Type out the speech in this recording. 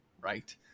right